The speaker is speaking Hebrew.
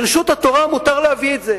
ברשות התורה מותר להביא את זה,